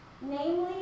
Namely